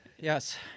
Yes